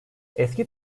eski